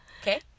Okay